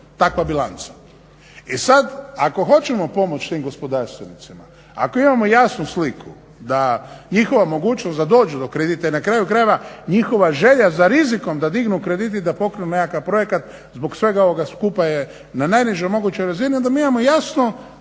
takva bilanca. I sad, ako hoćemo pomoći tim gospodarstvenicima, ako imamo jasnu sliku da njihova mogućnost da dođu do kredita, jer na kraju njihova želja za rizikom da dignu kredit i da pokriju nekakav projekat zbog svega ovoga skupa je na najnižoj mogućoj razini onda mi imamo jasno zadan